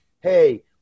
hey